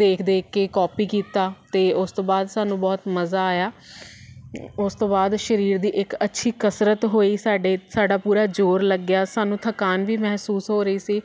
ਦੇਖ ਦੇਖ ਕੇ ਕਾਪੀ ਕੀਤਾ ਅਤੇ ਉਸ ਤੋਂ ਬਾਅਦ ਸਾਨੂੰ ਬਹੁਤ ਮਜ਼ਾ ਆਇਆ ਉਸ ਤੋਂ ਬਾਅਦ ਸਰੀਰ ਦੀ ਇੱਕ ਅੱਛੀ ਕਸਰਤ ਹੋਈ ਸਾਡੇ ਸਾਡਾ ਪੂਰਾ ਜ਼ੋਰ ਲੱਗਿਆ ਸਾਨੂੰ ਥਕਾਨ ਵੀ ਮਹਿਸੂਸ ਹੋ ਰਹੀ ਸੀ